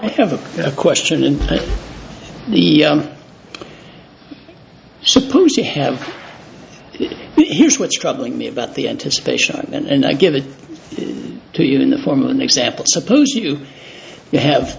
i have a question in place supposed to have his what's troubling me about the anticipation and i give it to you in the form of an example suppose you have